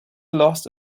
lost